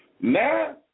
Now